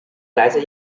来自